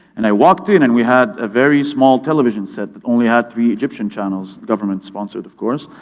and i walked in and we had a very small television set that only had three egyptian channels, government sponsored, of course.